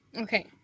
Okay